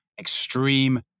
Extreme